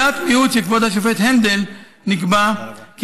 בדעת מיעוט של כבוד השופט הנדל נקבע כי